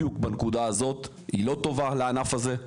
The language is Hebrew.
בדיוק בנקודה הזאת, היא לא טובה לענף הזה.